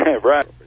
Right